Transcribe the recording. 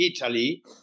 Italy